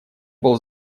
был